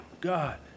God